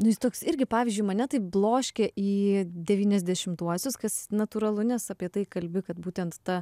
nu jis toks irgi pavyzdžiui mane tai bloškė į devyniasdešimtuosius kas natūralu nes apie tai kalbi kad būtent ta